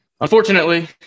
Unfortunately